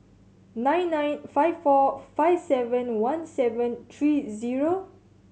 nine nine five four five seven one seven three zero